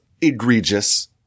egregious